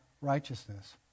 righteousness